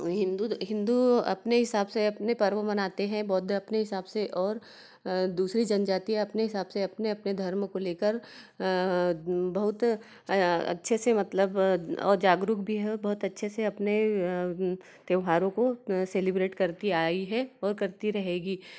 हिन्दू हिन्दू अपने हिसाब से अपने पर्व मनाते हैं बौध्द अपने हिसाब से और दूसरी जनजाति अपने हिसाब से अपने अपने धर्म को लेकर बहुत अच्छे से मतलब और जागरूक भी है बहुत अच्छे से अपने त्योहारों को सेलिब्रेट करती आई है और करती रहेगी